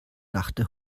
dachte